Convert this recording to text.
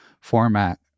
format